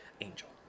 angel